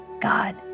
God